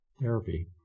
therapy